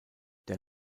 der